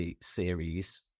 series